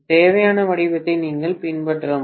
தேவையான வடிவத்தை நீங்கள் பின்பற்ற முடியும்